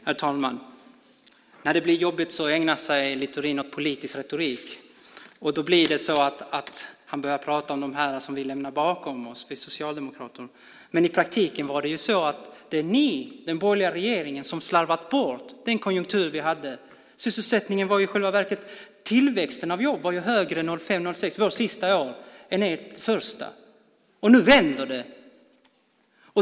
Herr talman! När det blir jobbigt ägnar sig Littorin åt politisk retorik. Då blir det så att han börjar prata om dem som vi socialdemokrater lämnar bakom oss. Men i praktiken var det ni, den borgerliga regeringen, som slarvade bort den konjunktur vi hade. Tillväxten av jobb var i själva verket högre 2005 och 2006, våra sista år, än under ert första år. Och nu vänder det.